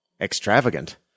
Extravagant